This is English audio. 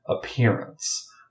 appearance